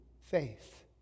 faith